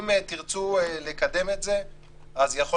אדוני,